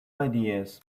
ideas